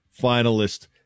finalist